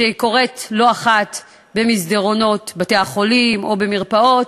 שקורית לא אחת במסדרונות בתי-החולים או במרפאות,